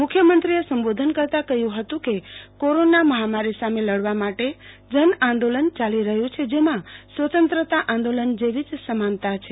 મુખ્યમંત્રીએ સંબોધન કરતા કહ્યું હતું કે કોરોના મહામારી સામે લડવા માટે જનઆંદોલન ચાલુ રહ્યું છે જેમાં સ્વતંત્રતા આંદોલન જેવી સમાન છે